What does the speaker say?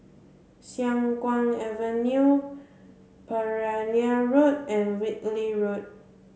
Siang Kuang Avenue Pereira Road and Whitley Road